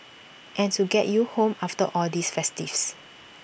and to get you home after all these festivities